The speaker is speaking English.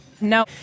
No